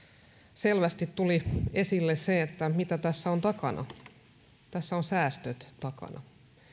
selvästi tuli esille se mitä tässä on takana tässä on säästöt takana